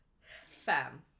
Fam